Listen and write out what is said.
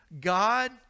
God